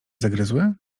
zagryzły